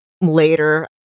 later